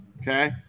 Okay